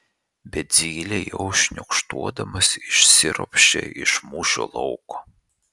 bet zylė jau šniokštuodamas išsiropščia iš mūšio lauko